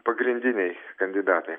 pagrindiniai kandidatai